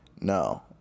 No